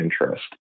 interest